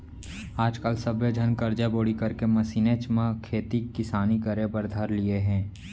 आज काल सब्बे झन करजा बोड़ी करके मसीनेच म खेती किसानी करे बर धर लिये हें